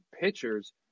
pitchers